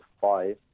five